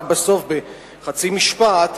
רק בסוף בחצי משפט,